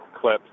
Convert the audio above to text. clip